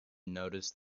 noticed